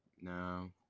No